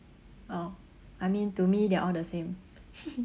oh I mean to me they are all the same